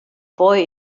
boy